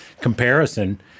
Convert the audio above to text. comparison